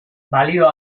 balio